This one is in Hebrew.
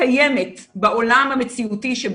קיימת בעולם המציאותי שהוא